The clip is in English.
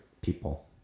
people